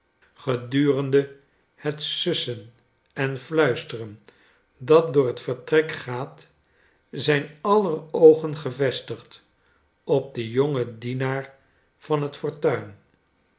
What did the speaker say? gedurende het sussen en fluisteren dat door het vertrek gaat zijn aller oogen gevestigd op den jongen dienaar van het fortuin